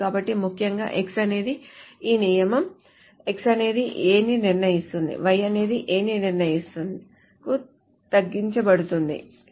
కాబట్టి ముఖ్యంగా X అనేది ఈ నియమం X అనేది A ని నిర్ణయిస్తుంది Y అనేది A ని నిర్ణయిస్తుంది కు తగ్గించబడుతుంది A